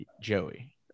Joey